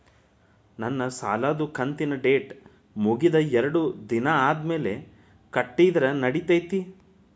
ನನ್ನ ಸಾಲದು ಕಂತಿನ ಡೇಟ್ ಮುಗಿದ ಎರಡು ದಿನ ಆದ್ಮೇಲೆ ಕಟ್ಟಿದರ ನಡಿತೈತಿ?